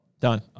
Done